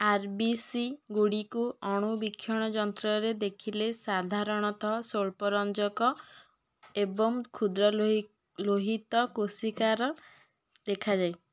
ଆର୍ B C ଗୁଡ଼ିକୁ ଅଣୁବୀକ୍ଷଣ ଯନ୍ତ୍ରରେ ଦେଖିଲେ ସାଧାରଣତଃ ସ୍ୱଳ୍ପରଞ୍ଜକ ଏବଂ କ୍ଷୁଦ୍ର ଲୋହିତ କୋଷିକାକାର ଦେଖାଯାଏ